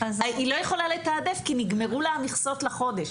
היא לא יודע לתעדף כי נגמרו לה המכסות לחודש.